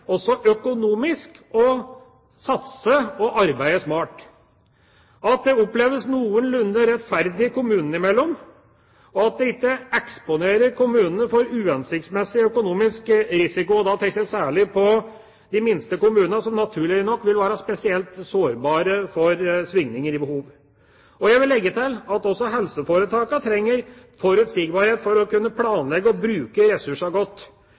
også økonomisk å satse og arbeide smart, at det oppleves noenlunde rettferdig kommunene imellom, og at det ikke eksponerer kommunene for uhensiktsmessig økonomisk risiko. Da tenker jeg særlig på de minste kommunene som naturlig nok vil være spesielt sårbare for svingninger i behov. Og jeg vil legge til at også helseforetakene trenger forutsigbarhet for å kunne planlegge og bruke ressursene godt.